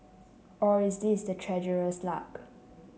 or it is the treasurer's luck